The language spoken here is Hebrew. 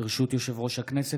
ברשות יושב-ראש הישיבה,